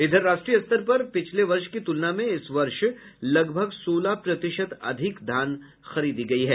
इधर राष्ट्रीय स्तर पर पिछले वर्ष की तुलना में इस वर्ष लगभग सोलह प्रतिशत अधिक धान खरीद हुई है